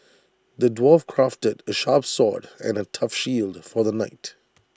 the dwarf crafted A sharp sword and A tough shield for the knight